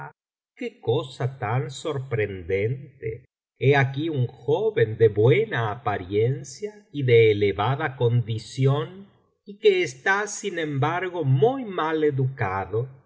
qué cosa tan sorprendente he aquí un joven de buena apariencia y de elevada condición y que está sin embargo muy mal educadono por